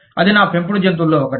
అది నా పెంపుడు జంతువులలో ఒకటి